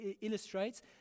illustrates